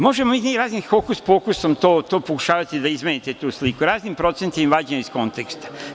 Možemo raznim hokus-pokusom to pokušavati da izmenite tu sliku, raznim procentima i vađenjem iz konteksta.